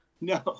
No